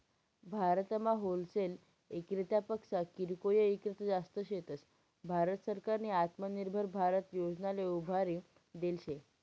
भारतमा होलसेल इक्रेतापक्सा किरकोय ईक्रेता जास्त शेतस, भारत सरकारनी आत्मनिर्भर भारत योजनाले उभारी देल शे